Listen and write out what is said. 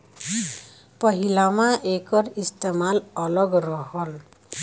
पहिलवां एकर इस्तेमाल अलग रहल